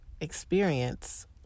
experience